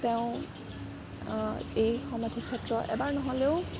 তেওঁ এই সমাধি ক্ষেত্ৰ এবাৰ নহ'লেও